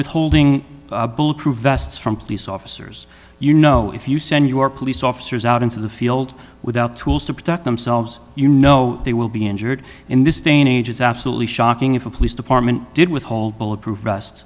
withholding bullet proof vests from police officers you know if you send your police officers out into the field without tools to protect themselves you know they will be injured in this day and age it's absolutely shocking if a police department did withhold bulletproof vest